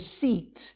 deceit